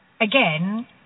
again